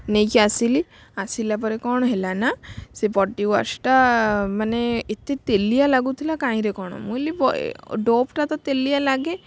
ନେଇକି ଆସିଲି ଆସିଲା ପରେ କ'ଣ ହେଲା ନା ସେ ବଡ଼ି ୱାସ୍ଟା ମାନେ ଏତେ ତେଲିଆ ଲାଗୁଥିଲା କାହିଁରେ କ'ଣ ମୁଁ କହିଲି ଡଭ୍ଟା ତ ତେଲିଆ ଲାଗେ